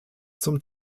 zum